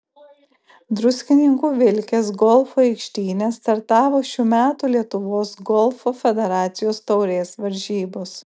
druskininkų vilkės golfo aikštyne startavo šių metų lietuvos golfo federacijos taurės varžybos